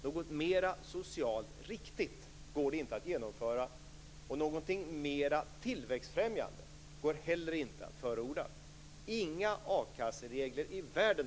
Det går inte att genomföra något som är mer socialt riktigt. Det går inte heller att förorda något som är mer tillväxtfrämjande.